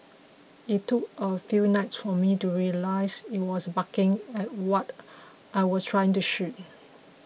it took a few nights for me to realise it was barking at what I was trying to shoot